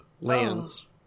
lands